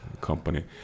company